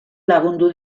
lagundu